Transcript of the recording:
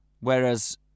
whereas